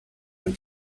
ein